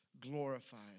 glorified